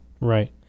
Right